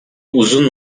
uzun